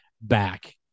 back